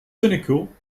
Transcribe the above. cynical